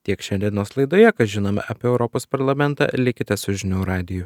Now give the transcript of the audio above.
tiek šiandienos laidoje ką žinome apie europos parlamentą likite su žinių radiju